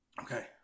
Okay